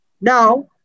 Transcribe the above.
Now